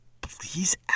please